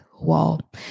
wall